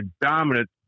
dominant